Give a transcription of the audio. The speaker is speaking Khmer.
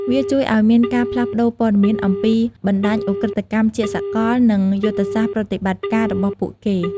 វាជួយឲ្យមានការផ្លាស់ប្តូរព័ត៌មានអំពីបណ្តាញឧក្រិដ្ឋកម្មជាសកល និងយុទ្ធសាស្ត្រប្រតិបត្តិការរបស់ពួកគេ។